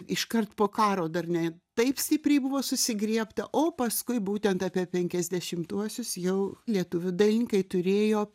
iškart po karo dar ne taip stipriai buvo susigriebta o paskui būtent apie penkiasdešimtuosius jau lietuvių dailininkai turėjo